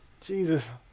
Jesus